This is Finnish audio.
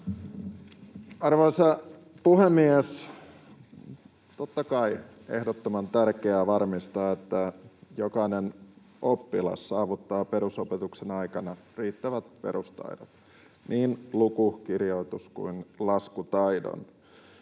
Arvoisa puhemies! Totta kai, ehdottoman tärkeää on varmistaa, että jokainen oppilas saavuttaa perusopetuksen aikana riittävät perustaidot, niin luku-, kirjoitus- kuin laskutaidon.